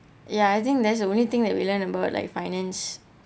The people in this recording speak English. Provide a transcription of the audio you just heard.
ya I think that's the only thing that we learn about like finance